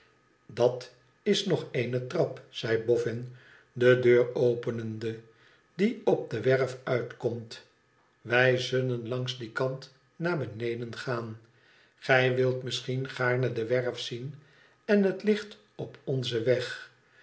dat is nog eehe trap zei boffin de deur openende tdie op de werf uitkomt wij zullen langs dien kant naar beneden gaan gij wut misschien gaarne de werf zien en het ligt op onzen weg